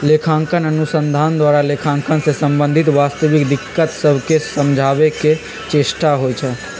लेखांकन अनुसंधान द्वारा लेखांकन से संबंधित वास्तविक दिक्कत सभके समझाबे के चेष्टा होइ छइ